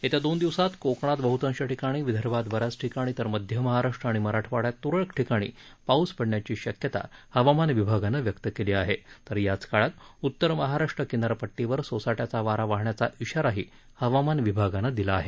येत्या दोन दिवसात कोकणात बह्तांश ठिकाणी विदर्भात ब याच ठिकाणी तर मध्य महाराष्ट्र आणि मराठवाड्यात तुरळक ठिकाणी पाऊस पडण्याची शक्यता हवामान विभागानं व्यक्त केली आहे तर याच काळात उत्तर महाराष्ट्र किनारपड्टीवर सोसाट्याचा वारा वाहण्याचा इशाराही हवामान विभागानं दिला आहे